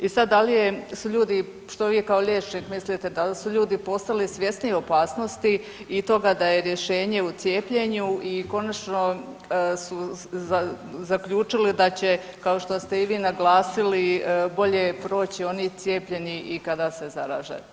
I sad, da li je, su ljudi, što vi kao liječnik mislite da su ljudi postali svjesniji opasnosti i toga da je rješenje u cijepljenju i konačno su zaključili da će, kao što ste i vi naglasili, bolje proći oni cijepljeni i kada se zaraže.